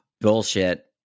bullshit